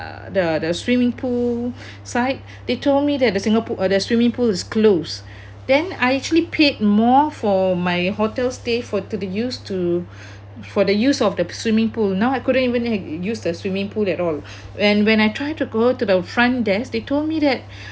uh the the swimming pool side they told me that the singap~ uh the swimming pool is closed then I actually paid more for my hotel stay for to the use to for the use of the swimming pool now I couldn't even use the swimming pool at all and when I try to go to the front desk they told me that